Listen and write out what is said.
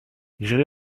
j’irai